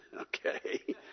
Okay